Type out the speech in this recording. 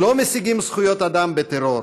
לא משיגים זכויות אדם בטרור.